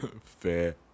Fair